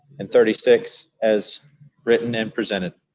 and thirty six as written and presented.